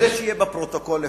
כדי שיהיה בפרוטוקול לפחות,